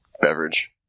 beverage